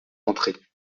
entrer